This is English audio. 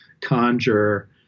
conjure